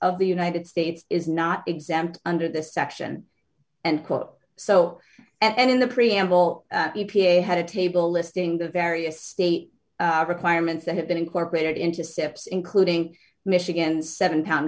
of the united states is not exempt under this section and quote so and in the preamble e p a had a table listing the various state requirements that have been incorporated into steps including michigan seven pound